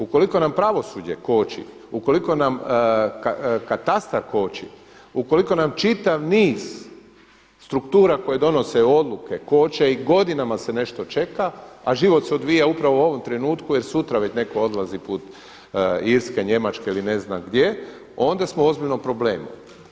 Ukoliko nam pravosuđe koči, ukoliko nam katastar koči, ukoliko nam čitav niz struktura koje donose odluke koče i godinama se nešto čeka, a život se odvija upravo u ovom trenutku jer sutra već neko odlazi put Irske, Njemačke ili ne znam gdje, onda smo u ozbiljnom problemu.